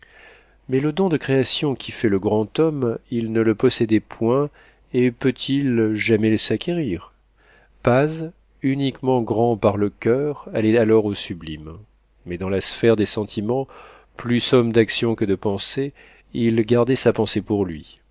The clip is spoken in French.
mais le don de création qui fait le grand homme il ne le possédait point et peut-il jamais s'acquérir paz uniquement grand par le coeur allait alors au sublime mais dans la sphère des sentiments plus homme d'action que de pensées il gardait sa pensée pour lui